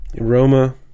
Aroma